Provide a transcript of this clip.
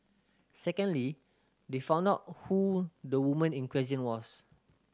secondly they found out who the woman in question was